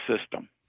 system